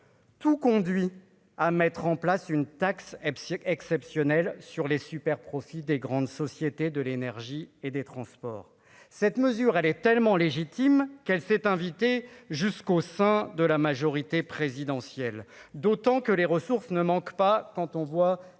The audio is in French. tout conduit à mettre en place une taxe EPSI exceptionnel sur les superprofits des grandes sociétés de l'énergie et des transports, cette mesure, elle est tellement légitime qu'elle s'est invitée jusqu'au sein de la majorité présidentielle, d'autant que les ressources ne manquent pas quand on voit